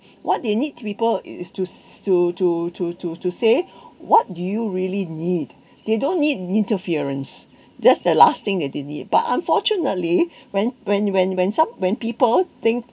what they need to people is to to to to to to say what do you really need they don't need interference that's the last thing that they need but unfortunately when when when when some when people think